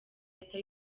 leta